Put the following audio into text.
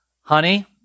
honey